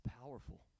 powerful